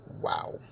wow